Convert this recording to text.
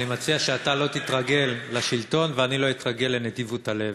אני מציע שאתה לא תתרגל לשלטון ואני לא אתרגל לנדיבות הלב.